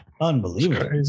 Unbelievable